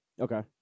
Okay